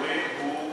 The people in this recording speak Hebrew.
המטרופולין הוא,